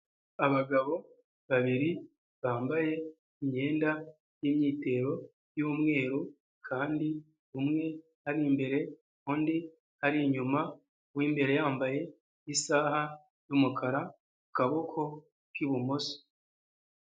Abagabo babiri bambaye imyenda y'imyitero y'umweru kandi umwe ari imbere, undi ari inyuma, uw'imbere yambaye isaha y'umukara ku kaboko k'ibumoso.